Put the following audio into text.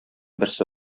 берсе